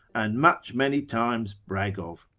and much many times brag of.